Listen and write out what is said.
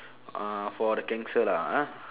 uh for the cancer lah ah